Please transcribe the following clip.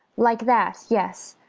like that, yes!